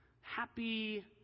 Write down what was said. Happy